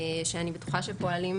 שאני בטוחה שפועלים,